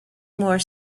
more